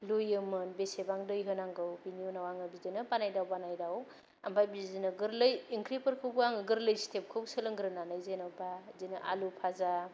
लुयोमोन बेसेबां दै होनांगौ बेनि उनाव आङो बिदिनो बानायदाव बानायदाव ओमफाय बिदिनो गोरलै ओंख्रिफोरखौबो आङो गोरलै स्तेपखौ सोलोंग्रोनानै जेन'बा बिदिनो आलु भाजा